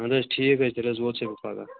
اَہَن حظ ٹھیٖک حظ چھِ تیٚلہِ حظ ووتسَے بہٕ پَگاہ